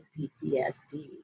PTSD